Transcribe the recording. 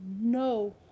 no